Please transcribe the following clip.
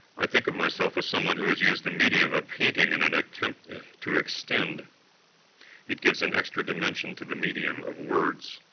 i think of myself as someone who has used the medium of painting in an attempt to extend it gives an extra dimension to the medium of words.